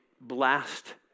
blast